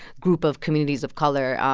group of communities of color.